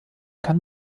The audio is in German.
kann